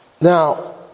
Now